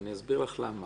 ואני אסביר לך למה.